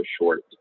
short